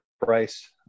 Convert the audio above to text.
price